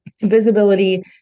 visibility